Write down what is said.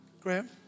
Graham